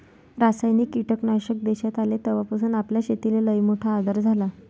रासायनिक कीटकनाशक देशात आले तवापासून आपल्या शेतीले लईमोठा आधार झाला